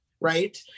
right